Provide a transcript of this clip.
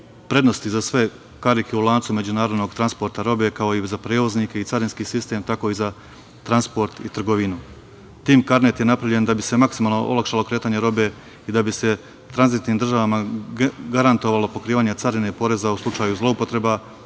prednosti za sve karike u lancu međunarodnog transporta robe, kako i za prevoznike i carinski sistem tako i za transport i trgovinu. Taj TIM karnet je napravljen da bi se maksimalno olakšalo kretanje robe i da bi se tranzitnim državama garantovalo pokrivanje carine poreza u slučaju zloupotreba